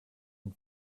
and